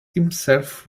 himself